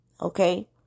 okay